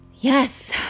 yes